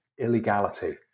illegality